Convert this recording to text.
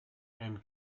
and